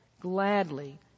gladly